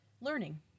Learning